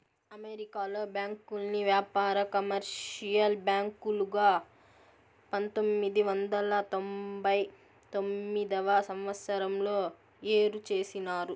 అమెరికాలో బ్యాంకుల్ని వ్యాపార, కమర్షియల్ బ్యాంకులుగా పంతొమ్మిది వందల తొంభై తొమ్మిదవ సంవచ్చరంలో ఏరు చేసినారు